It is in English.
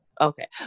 Okay